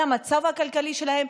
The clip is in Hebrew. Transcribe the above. על המצב הכלכלי שלהם,